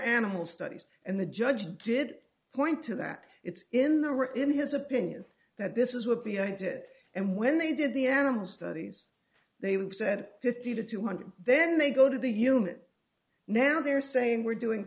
animal studies and the judge did point to that it's in the in his opinion that this is what b i did and when they did the animal studies they said fifty to two hundred then they go to the human now they're saying we're doing